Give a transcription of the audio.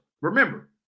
Remember